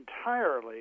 entirely